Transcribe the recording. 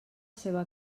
seva